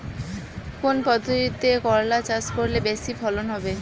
কোন পদ্ধতিতে করলা চাষ করলে বেশি ফলন হবে?